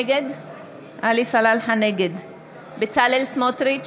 נגד בצלאל סמוטריץ'